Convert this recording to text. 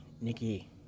Nikki